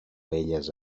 belles